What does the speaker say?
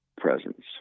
presence